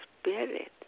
spirit